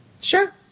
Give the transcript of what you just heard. Sure